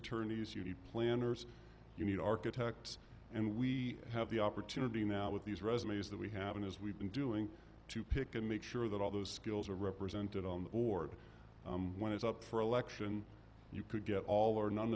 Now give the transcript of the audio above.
attorneys you need planners you need architects and we have the opportunity now with these resumes that we have and as we've been doing to pick and make sure that all those skills are represented on the board when it's up for election you could get all or none